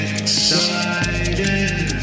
Excited